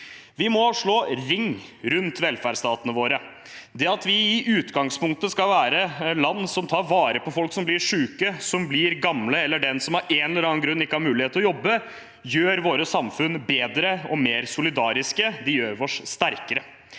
Vi må slå ring rundt velferdsstatene våre. Det at vi i utgangspunktet skal være land som tar vare på folk som blir sjuke, som blir gamle, eller dem som av en eller annen grunn ikke har mulighet til å jobbe, gjør våre samfunn bedre og mer solidariske. Det gjør oss sterkere.